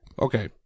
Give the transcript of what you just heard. Okay